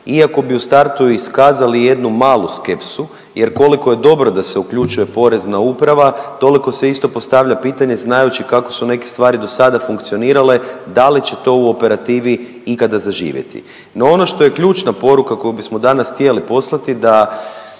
Iako bi u startu iskazali jednu malu skepsu jer koliko je dobro da se uključuje Porezna uprava toliko se isto postavlja pitanje znajući kao su neke stvari dosada funkcionirale da li će to u operativi ikada zaživjeti. No, ono što je ključna poruka koju bismo danas htjeli poslati da